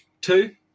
two